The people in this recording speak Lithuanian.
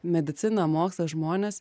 medicina mokslas žmonės